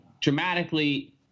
dramatically